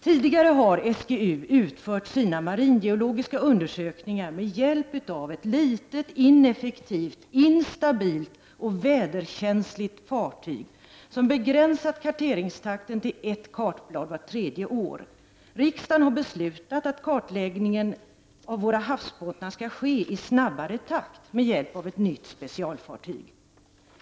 Tidigare har SGU utfört sina maringeologiska undersökningar med hjälp av ett litet, ineffektivt, instabilt och väderkänsligt fartyg som begränsat karteringstakten till ett kartblad vart tredje år. Riksdagen har beslutat att kartläggningen av våra havsbottnar skall ske i snabbare takt med hjälp av ett nytt specialfartyg.